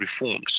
reforms